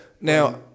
Now